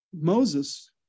Moses